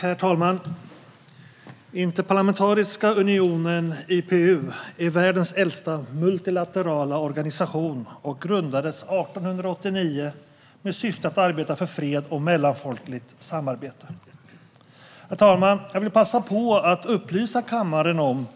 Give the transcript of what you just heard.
Herr talman! Interparlamentariska unionen, IPU, är världens äldsta multilaterala organisation. Den grundades 1889 med syfte att arbeta för fred och mellanfolkligt samarbete. Jag vill passa på att upplysa kammaren om